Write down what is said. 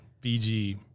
BG